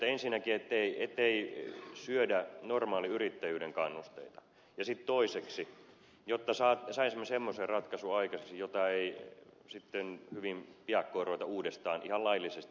ensinnäkin ettei syödä normaaliyrittäjyyden kannusteita ja sitten toiseksi jotta saisimme semmoisen ratkaisun aikaiseksi jota ei hyvin piakkoin ruveta uudestaan ihan laillisesti kiertämään